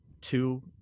two